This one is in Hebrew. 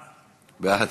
בעד.